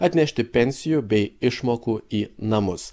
atnešti pensijų bei išmokų į namus